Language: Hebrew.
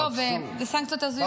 אלה סנקציות הזויות.